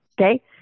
okay